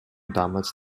damals